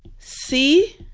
see